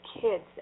kids